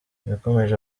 yakomeje